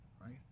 right